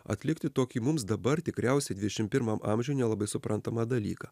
atlikti tokį mums dabar tikriausiai dvidešim pirmam amžiuj nelabai suprantamą dalyką